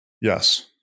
Yes